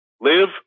Live